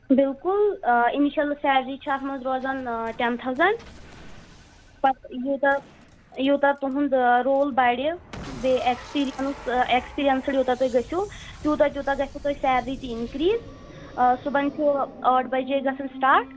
بِلکُل initial salary چھِ اَتھ منٛز روزان ٹٮ۪ن تھاوزَنٛڈ پَتہٕ یوٗتاہ یوٗتاہ تُہُنٛد رول بَڑِ بیٚیہِ ایٚکٕسپیٖریَنٕس ایٚکٕسپیٖریَنسٕڈ یوٗتاہ تُہۍ گٔژھِو تیوٗتاہ تیوٗتاہ گژھوٕ تۄہہِ سیلری تہِ اِنکریٖز صُبحن چھُ ٲٹھ بَجے گژھان سِٹاٹ